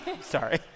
Sorry